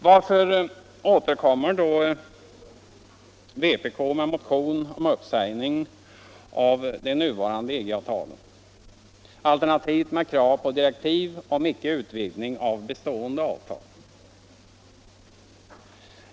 Varför återkommer då vpk med motion om uppsägning av de nuvarande EG-avtalen, alternativt med krav på direktiv om icke utvidgning av bestående avtal?